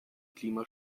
klima